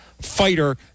Fighter